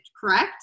correct